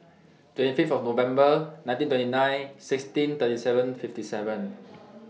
twenty Fifth of November nineteen twenty nine sixteen thirty seven fifty seven